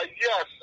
Yes